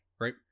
Right